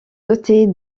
dotée